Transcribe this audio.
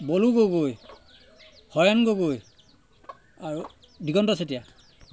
বলো গগৈ হৰেণ গগৈ আৰু দিগন্ত চেতিয়া